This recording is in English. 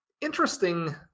interesting